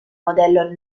modello